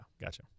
Gotcha